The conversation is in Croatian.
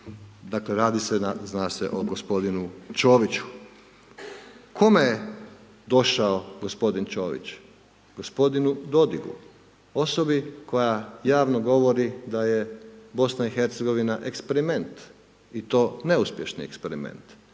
Dakle, radi se, zna se o gospodinu Čoviću. Kome je došao gospodin Čović? Gospodinu Dodiku, osobi koja javno govori da je BIH eksperiment i to neuspješni eksperiment,